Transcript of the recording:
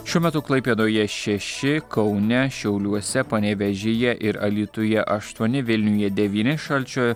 šiuo metu klaipėdoje šeši kaune šiauliuose panevėžyje ir alytuje aštuoni vilniuje devyni šalčio